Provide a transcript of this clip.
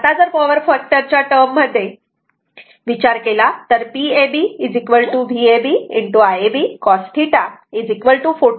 आता जर power factor च्या टर्म मध्ये विचार केला तर Pab Vab Iab cos θ 44